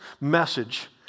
message